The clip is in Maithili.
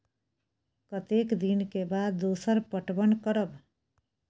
कतेक दिन के बाद दोसर पटवन करब?